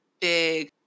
big